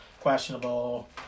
questionable